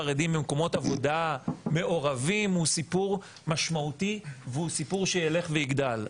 במקומות עבודה מעורבים הוא סיפור משמעותי והוא סיפור שיילך ויגדל.